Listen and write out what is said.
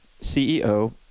CEO